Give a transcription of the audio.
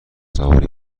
سواری